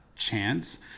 chance